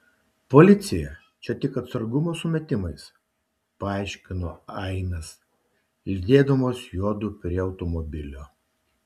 policija čia tik atsargumo sumetimais paaiškino ainas lydėdamas juodu prie automobilio